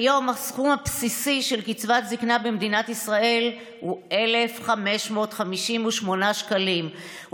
כיום הסכום הבסיסי של קצבת זקנה במדינת ישראל הוא 1,558 שקלים,